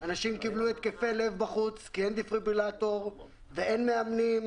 אנשים קיבלו התקפי לב בחוץ כי אין דפיברילטור ואין מאמנים,